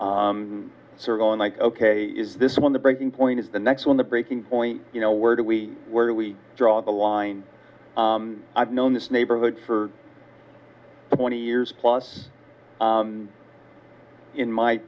served on like ok is this one the breaking point is the next one the breaking point you know where do we where do we draw the line i've known this neighborhood for twenty years plus in my